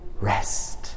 rest